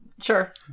Sure